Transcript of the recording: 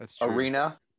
arena